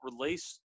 release